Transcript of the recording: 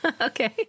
Okay